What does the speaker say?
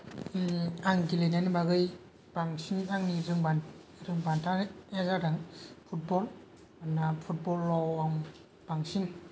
आं गेलेनायनि बागै बांसिन आंनि रोंबांथि रोंबानथाया जादों फुटबल आंना फुटबलाव आं बांसिन